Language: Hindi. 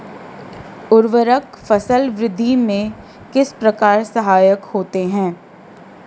उर्वरक फसल वृद्धि में किस प्रकार सहायक होते हैं?